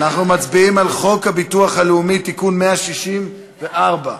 מצביעים על הצעת חוק הביטוח הלאומי (תיקון מס' 164),